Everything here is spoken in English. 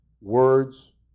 words